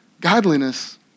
Godliness